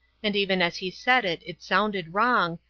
and even as he said it it sounded wrong,